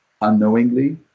unknowingly